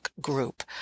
group